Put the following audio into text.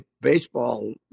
baseball